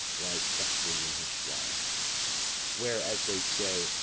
lies fest'ring in his shroud where, as they say,